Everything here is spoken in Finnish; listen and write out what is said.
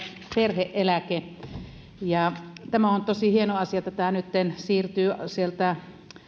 perhe eläke on tosi hieno asia että tämä nytten siirtyy